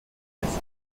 als